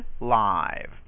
live